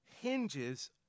hinges